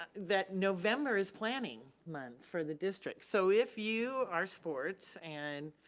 that november is planning month for the district so if you are sports and